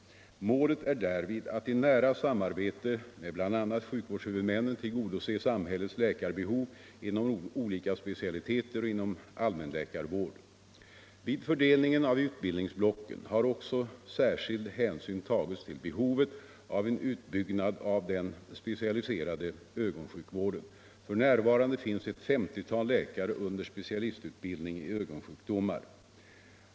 Målet är därvid att i nära samarbete med bl.a. sjukvårdshuvudmännen tillgodose samhällets läkarbehov inom olika specialiteter och inom allmänläkarvård. Vid fördelningen av utbildningsblocken har också särskild hänsyn tagits till behovet av en utbyggnad av den specialiserade ögonsjukvården. F.n. finns ett 50-tal läkare under specialistutbildning i ögonsjukdomar.